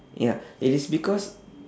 ya it is because